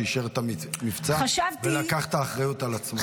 שאישר את המבצע ולקח את האחריות על עצמו.